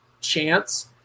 chance